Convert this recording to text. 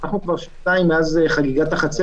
כמובן שכבעלת עסק